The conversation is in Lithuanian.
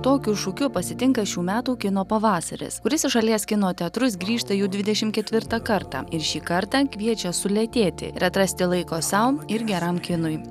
tokiu šūkiu pasitinka šių metų kino pavasaris kuris į šalies kino teatrus grįžta jau dvidešim ketvirtą kartą ir šį kartą kviečia sulėtėti ir atrasti laiko sau ir geram kinui